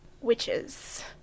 witches